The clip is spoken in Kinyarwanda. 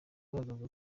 agaragaza